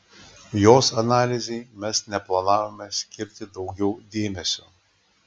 jos analizei mes neplanavome skirti daugiau dėmesio